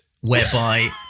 whereby